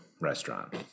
restaurant